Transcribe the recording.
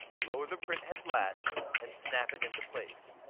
lower the print head latch and snap it into place.